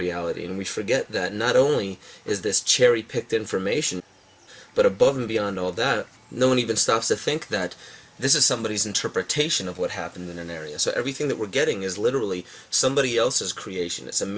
reality and we forget that not only is this cherry picked information but above and beyond all that no one even starts to think that this is somebody who's interpretation of what happened in an area so everything that we're getting is literally somebody else's creation